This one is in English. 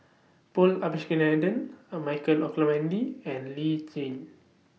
Paul Abisheganaden A Michael Olcomendy and Lee Tjin